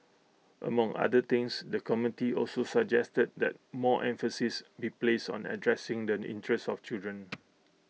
among other things the committee also suggested that more emphasis be placed on addressing the interests of children